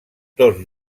tots